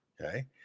Okay